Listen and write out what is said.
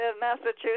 Massachusetts